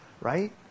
right